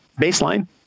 baseline